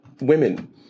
women